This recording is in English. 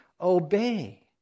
obey